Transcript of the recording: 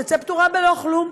תצא פטורה בלא כלום.